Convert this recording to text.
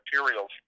materials